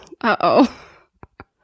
Uh-oh